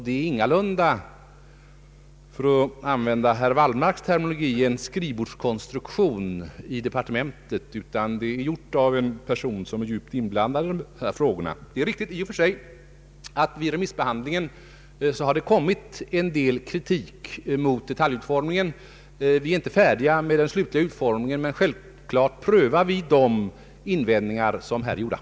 Det är ingalunda — för att använda herr Wallmarks terminologi — en skrivbordskonstruktion i departementet. Det är i och för sig riktigt att det vid remissbehandlingen kommit en del kritik mot detaljutformningen. Vi är inte färdiga med den slutliga utformningen, men självklart prövar vi de invändningar som här gjorts.